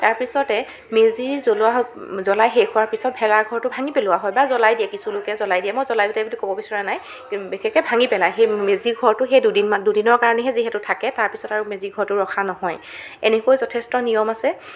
তাৰপিছতে মেজি জ্বলো জ্বলাই শেষ হোৱাৰ পিছত ভেলাঘৰটো ভাঙি পেলোৱা হয় বা জ্বলাই দিয়ে কিছুলোকে জ্বলাই দিয়ে মই জ্বলাই দিয়ে বুলি ক'ব বিচৰা নাই বিশেষকৈ ভাঙি পেলায় সেই মেজিৰ ঘৰটো সেই দুদিনমা দুদিনৰ কাৰণেহে যিহেতু থাকে তাৰপিছত আৰু মেজিঘৰটো ৰখা নহয় এনেকৈ যথেষ্ট নিয়ম আছে